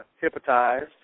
hypnotized